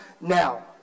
now